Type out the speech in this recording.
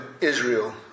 Israel